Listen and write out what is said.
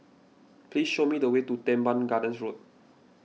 please show me the way to Teban Gardens Road